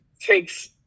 takes